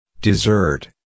dessert